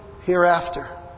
hereafter